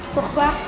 Pourquoi